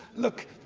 look,